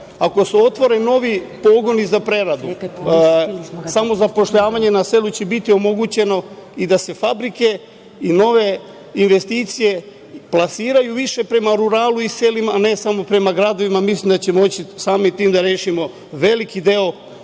Ako se otvore novi pogoni za preradu samozapošljavanje na selu će biti omogućeno i da se fabrike i nove investicije plasiraju više prema ruralu i selima a ne samo prema gradovima. Mislim da ćemo moći samim tim da rešimo veliki deo